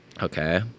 Okay